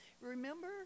Remember